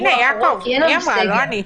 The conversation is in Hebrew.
הנה יעקב, היא אמרה, לא אני.